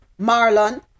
Marlon